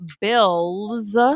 Bills